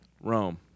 Rome